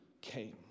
came